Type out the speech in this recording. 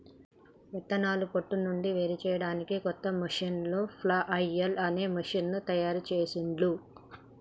విత్తనాలను పొట్టు నుండి వేరుచేయడానికి కొత్త మెషీను ఫ్లఐల్ అనే మెషీను తయారుచేసిండ్లు